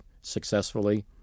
successfully